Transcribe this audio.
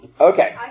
okay